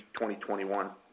2021